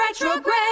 retrograde